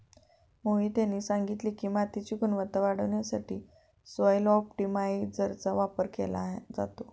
मोहित यांनी सांगितले की, मातीची गुणवत्ता वाढवण्यासाठी सॉइल ऑप्टिमायझरचा वापर केला जातो